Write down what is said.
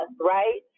right